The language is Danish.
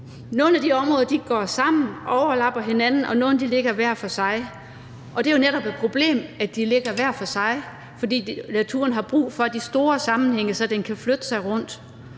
Nogle af de områder går sammen og overlapper hinanden, og nogle ligger hver for sig, og det er jo netop et problem, at de ligger hver for sig, fordi naturen har brug for de store sammenhænge, så den kan flytte sig rundt.